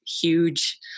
huge